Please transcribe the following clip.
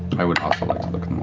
i would also like to look